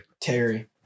Terry